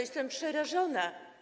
Jestem przerażona.